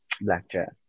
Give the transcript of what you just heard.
Blackjack